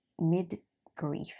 mid-grief